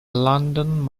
london